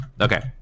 Okay